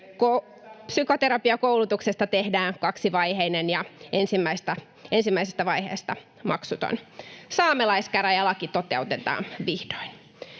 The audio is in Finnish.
psykoterapiakoulutuksesta tehdään kaksivaiheinen ja ensimmäisestä vaiheesta maksuton. Saamelaiskäräjälaki toteutetaan vihdoin.